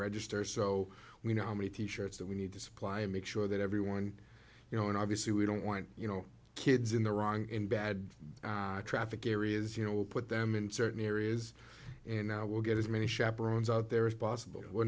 register so we know how many t shirts that we need to supply and make sure that everyone you know and obviously we don't want you know kids in the wrong in bad traffic areas you know put them in certain areas and now we'll get as many chaperones out there is possible we're